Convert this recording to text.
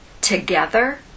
together